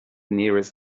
nearest